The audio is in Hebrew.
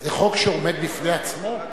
זה חוק שעומד בפני עצמו?